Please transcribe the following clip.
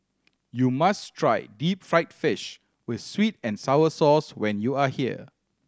you must try deep fried fish with sweet and sour sauce when you are here